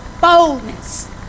boldness